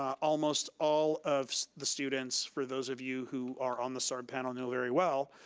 almost all of the students for those of you who are on the sarb panel know very well.